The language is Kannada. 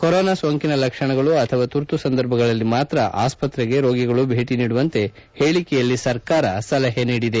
ಕೊರೋನಾ ಸೋಂಕಿನ ಲಕ್ಷಣಗಳು ಅಥವಾ ತುರ್ತು ಸಂದರ್ಭಗಳಲ್ಲಿ ಮಾತ್ರ ಆಸ್ವತ್ರಗೆ ರೋಗಿಗಳು ಭೇಟಿ ನೀಡುವಂತೆ ಹೇಳಿಕೆಯಲ್ಲಿ ಸರ್ಕಾರ ಸಲಹೆ ನೀಡಿದೆ